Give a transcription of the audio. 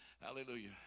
Hallelujah